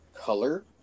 color